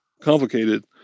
complicated